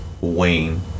Wayne